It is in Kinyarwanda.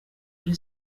buri